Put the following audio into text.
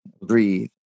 breathe